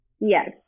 Yes